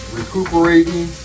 recuperating